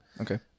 okay